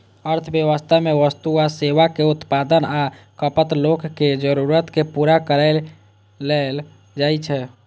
अर्थव्यवस्था मे वस्तु आ सेवाक उत्पादन आ खपत लोकक जरूरत कें पूरा करै लेल कैल जाइ छै